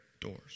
doors